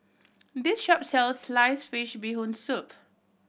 this shop sells sliced fish Bee Hoon Soup